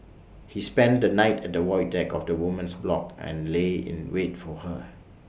he spent the night at the void deck of the woman's block and lay in wait for her